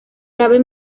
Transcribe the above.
cabe